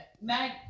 Mag